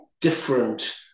different